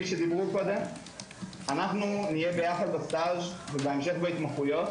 שדיברו קודם אנחנו נהיה יחד בסטז' ובהמשך בהתמחויות.